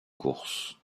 courses